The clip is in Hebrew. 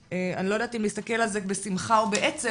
אני לא יודעת אם להסתכל על זה בשמחה או בעצב,